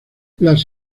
las